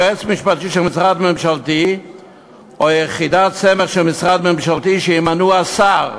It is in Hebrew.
יועץ משפטי של משרד ממשלתי או יחידת סמך של משרד ממשלתי שימנו השר.